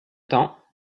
temps